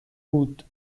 بود